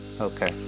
Okay